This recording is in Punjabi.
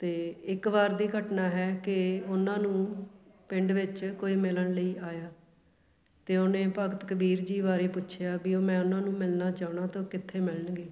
ਅਤੇ ਇੱਕ ਵਾਰ ਦੀ ਘਟਨਾ ਹੈ ਕਿ ਉਹਨਾਂ ਨੂੰ ਪਿੰਡ ਵਿੱਚ ਕੋਈ ਮਿਲਣ ਲਈ ਆਇਆ ਅਤੇ ਉਹਨੇ ਭਗਤ ਕਬੀਰ ਜੀ ਬਾਰੇ ਪੁੱਛਿਆ ਵੀ ਉਹ ਮੈਂ ਉਹਨਾਂ ਨੂੰ ਮਿਲਣਾ ਚਾਹੁੰਦਾ ਅਤੇ ਉਹ ਕਿੱਥੇ ਮਿਲਣਗੇ